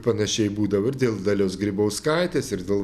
panašiai būdavo ir dėl dalios grybauskaitės ir dėl